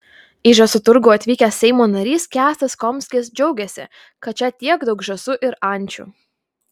į žąsų turgų atvykęs seimo narys kęstas komskis džiaugėsi kad čia tiek daug žąsų ir ančių